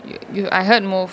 you you I heard move